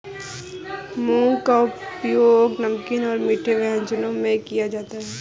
मूंग का उपयोग नमकीन और मीठे व्यंजनों में किया जाता है